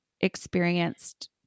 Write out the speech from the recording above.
experienced